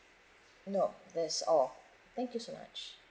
no that's all thank you so much